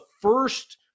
first